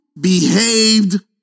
behaved